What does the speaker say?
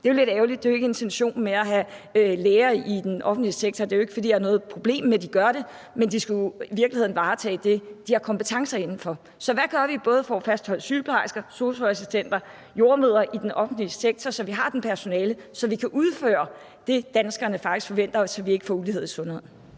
Det er jo lidt ærgerligt, og det er jo ikke intentionen med at have læger i den offentlige sektor. Det er ikke, fordi jeg har noget problem med, at de gør det, men de skal jo i virkeligheden varetage det, de har kompetencer inden for. Så hvad gør vi for at fastholde både sygeplejersker, sosu-assistenter og jordemødre i den offentlige sektor, så vi har tilstrækkeligt personale til at udføre det, danskerne faktisk forventer, så vi ikke får ulighed i sundhed?